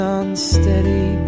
unsteady